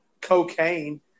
cocaine